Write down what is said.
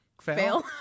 fail